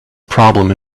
problem